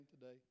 today